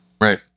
Right